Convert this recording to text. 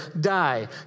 die